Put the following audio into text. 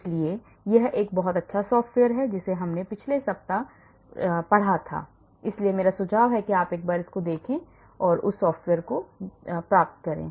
इसलिए यह एक बहुत अच्छा सॉफ्टवेयर है जिसे हमने पिछले सप्ताह प्रदर्शित किया था इसलिए मेरा सुझाव है कि आप जाएं और फिर उस सॉफ़्टवेयर को प्राप्त करें